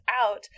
out